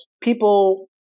people